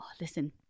listen